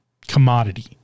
commodity